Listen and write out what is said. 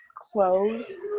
closed